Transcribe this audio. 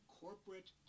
corporate